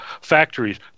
factories